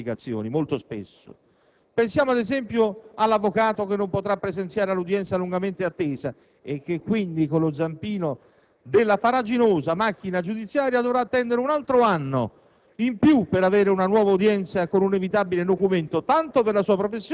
coinvolti per richiamare maggiore attenzione sulle proprie rivendicazioni, molto spesso ingiuste. Pensiamo, ad esempio, all'avvocato che non potrà presenziare all'udienza lungamente attesa e che, quindi, con lo zampino della farraginosa macchina giudiziaria, dovrà attendere un anno